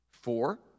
Four